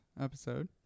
episode